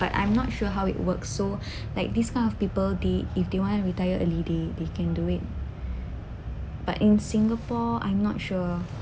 but I'm not sure how it works so like this kind of people they if they want to retire early they they can do it but in singapore I'm not sure